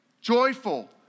joyful